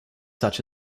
such